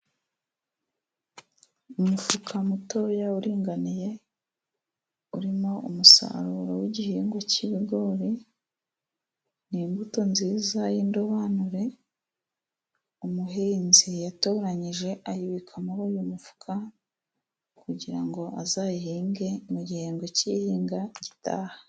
Umufuka mutoya uringaniye urimo umusaruro w'igihingwa cy'ibigori. Ni imbuto nziza y'indobanure, umuhinzi yatoranyije ayibika muri uyu mufuka kugira ngo azayihinge mu gihembwe cy'ihinga gitaha.